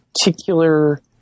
particular